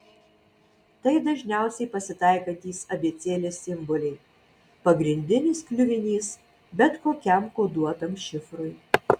tai dažniausiai pasitaikantys abėcėlės simboliai pagrindinis kliuvinys bet kokiam koduotam šifrui